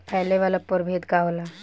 फैले वाला प्रभेद का होला?